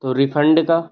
तो रिफंड का